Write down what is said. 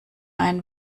ein